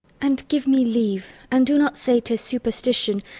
and give me leave and do not say tis superstition,